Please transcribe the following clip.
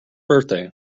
birthday